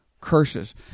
curses